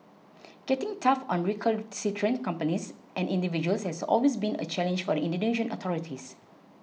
getting tough on recalcitrant companies and individuals has always been a challenge for the Indonesian authorities